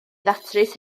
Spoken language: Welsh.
ddatrys